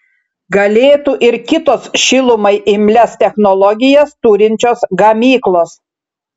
galėtų ir kitos šilumai imlias technologijas turinčios gamyklos